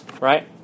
Right